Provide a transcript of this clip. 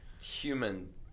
human